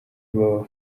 baba